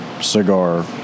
cigar